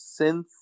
synth